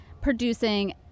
producing